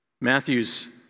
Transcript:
Matthew's